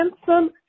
handsome